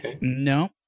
No